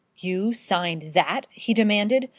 you signed that? he demanded.